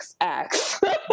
XX